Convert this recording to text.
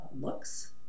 looks